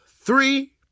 three